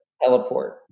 teleport